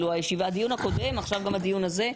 הדיון הקודם ועכשיו גם הדיון הזה.